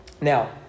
Now